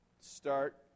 start